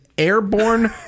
Airborne